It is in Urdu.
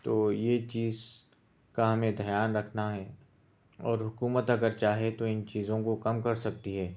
تو یہ چیز کا ہمیں دھیان رکھنا ہے اور حکومت اگر چاہے تو اِن چیزوں کو کم کر سکتی ہے